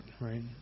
right